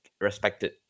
respected